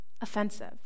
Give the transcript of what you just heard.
offensive